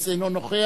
אני מעודד אותו.